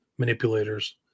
Manipulators